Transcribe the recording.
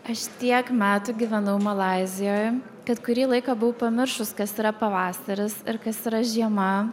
aš tiek metų gyvenau malaizijoj kad kurį laiką buvau pamiršus kas yra pavasaris ir kas yra žiema